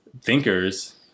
thinkers